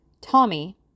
Tommy